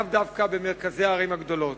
לאו דווקא במרכזי הערים הגדולות.